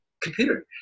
computer